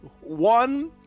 one